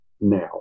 now